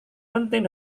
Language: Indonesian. penting